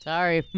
Sorry